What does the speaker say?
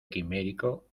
quimérico